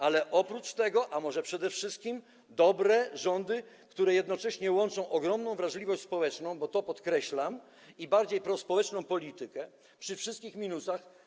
Ale oprócz tego, a może przede wszystkim, to są dobre rządy, które jednocześnie łączą ogromną wrażliwość społeczną, bo to podkreślam, i bardziej prospołeczną politykę, przy wszystkich minusach.